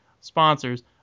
sponsors